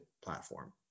platform